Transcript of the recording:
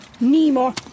Nemo